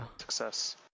Success